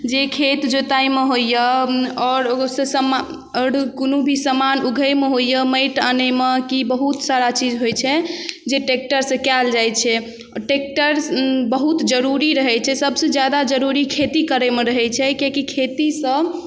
जे खेत जोताइमे होइए आओर ओहोसँ समान आओर कोनो भी समान उघैमे होइए माटि आनैमे कि बहुत सारा चीज होइ छै जे ट्रैक्टरसँ कएल जाए छै ट्रैक्टर बहुत जरूरी रहै छै सबसँ ज्यादा जरूरी खेती करैमे रहै छै कियाकि खेतीसँ